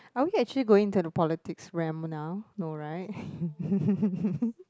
are we actually going into the politics realm now no right